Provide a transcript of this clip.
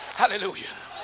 hallelujah